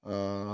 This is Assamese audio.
অঁ